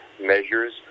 measures